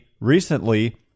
recently